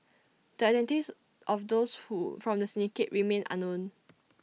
the identities of those who from the syndicate remain unknown